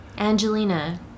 Angelina